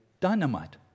dynamite